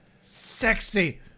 sexy